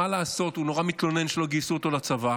מה לעשות, הוא נורא מתלונן שלא גייסו אותו לצבא,